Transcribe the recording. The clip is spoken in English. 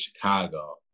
Chicago